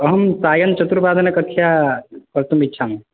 अहं सायं चतुर्वादने कक्षा कर्तुम् इच्छामि